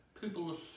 People